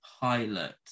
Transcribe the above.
pilot